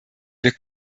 wir